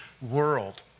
world